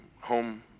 home